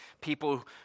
people